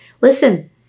listen